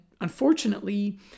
unfortunately